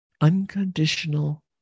unconditional